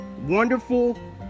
wonderful